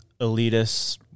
elitist